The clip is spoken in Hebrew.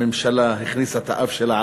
הממשלה הכניסה את האף שלה,